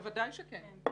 בוודאי שכן.